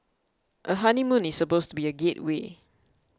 a honeymoon is supposed to be a gateway